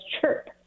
CHIRP